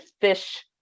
fish